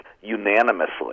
unanimously